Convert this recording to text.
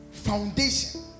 foundation